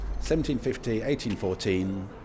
1750-1814